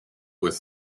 with